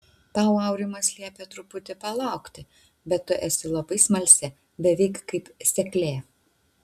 tau aurimas liepė truputį palaukti bet tu esi labai smalsi beveik kaip seklė